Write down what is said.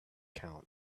count